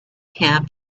him